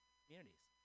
communities